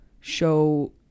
show